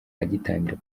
agitangira